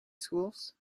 schools